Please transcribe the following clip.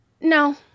No